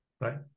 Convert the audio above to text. right